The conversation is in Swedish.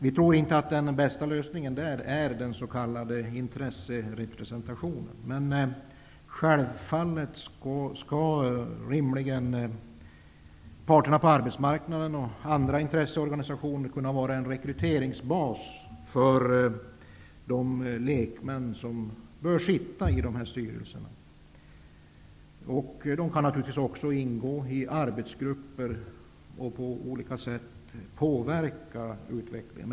Vi tror inte att den bästa lösningen är den s.k. intresserepresentationen, men självfallet skall parterna på arbetsmarknaden och andra intresseorganisationer rimligen kunna fungera som rekryteringsbas för de lekmän som bör sitta i de här styrelserna. Dessa lekmän kan naturligtvis också ingå i arbetsgrupper för att på olika sätt kunna påverka utvecklingen.